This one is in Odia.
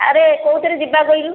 ଆରେ କେଉଁଥିରେ ଯିବା କହିଲୁ